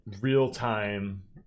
real-time